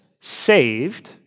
saved